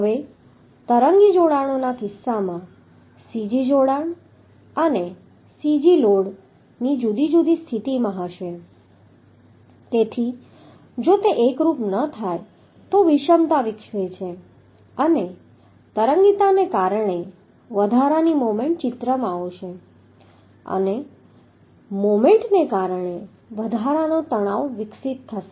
હવે તરંગી જોડાણોના કિસ્સામાં cg જોડાણ અને cg લોડ જુદી જુદી સ્થિતિમાં હશે તેથી જો તે એકરૂપ ન થાય તો વિષમતા વિકસે છે અને તરંગીતાને કારણે વધારાની મોમેન્ટ ચિત્રમાં આવશે અને મોમેન્ટને કારણે વધારાનો તણાવ વિકસિત થશે